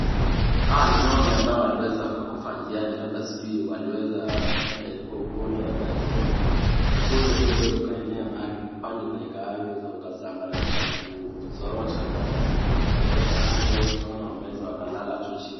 Hawa ni ng'ombe ambao waliweza wakakufa njiani labda sijui waliweza, labda ilikuwa ugonjwa ,labda ilikuwa ugonjwa tu iliweza ikaenea mahali pale na ikaweza ikasambaratisha ukazorota ng'ombe wote naona wameweza wakalala tu chini.